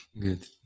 good